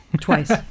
Twice